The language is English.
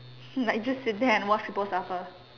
like just sit there and watch people suffer